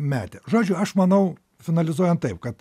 metė žodžiu aš manau finalizuojant taip kad